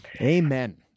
Amen